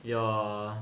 your